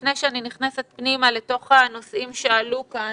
לפני שאני נכנסת פנימה לתוך הנושאים שעלו כאן,